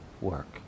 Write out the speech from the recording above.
work